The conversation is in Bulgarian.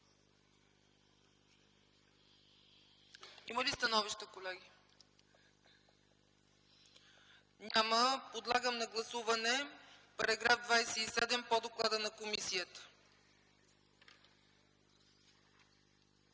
ЦАЧЕВА: Становища, колеги? Няма. Подлагам на гласуване Вариант ІІ по доклада на комисията,